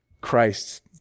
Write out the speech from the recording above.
Christ